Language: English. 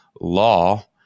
law